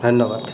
ধন্যবাদ